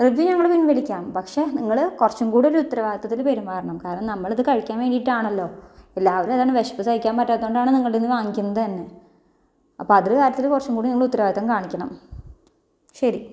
review ഞങ്ങള് പിൻവലിക്കാം പക്ഷേ നിങ്ങള് കുറച്ചും കൂടെ ഒരു ഉത്തരവാദിത്തത്തിൽ പെരുമാറണം കാരണം നമ്മളിത് കഴിക്കാൻ വേണ്ടിയിട്ടാണല്ലോ എല്ലാവരും അത് തന്നെ വിശപ്പ് സഹിക്കാൻ പറ്റാത്തത് കൊണ്ടാണ് നിങ്ങളുടേ കയ്യിൽ നിന്ന് വാങ്ങിക്കുന്നത് തന്നെ അപ്പം അതില് കാര്യത്തില് കുറച്ചും കൂടെ നിങ്ങള് ഉത്തരവാദിത്തം കാണിക്കണം ശരി